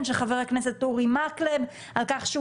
אני מניח שחבר הכנסת אורי מקלב ינמק